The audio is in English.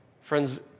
Friends